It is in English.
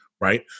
right